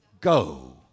go